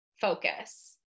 focus